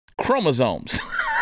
chromosomes